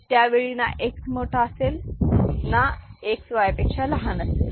त्यावेळी ना X मोठा असेल ना X Y पेक्षा लहान असेल